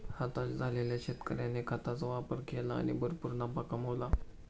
हताश झालेल्या शेतकऱ्याने खताचा वापर केला आणि भरपूर नफा कमावला